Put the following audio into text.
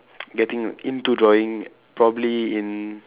getting into drawing probably in